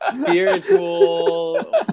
spiritual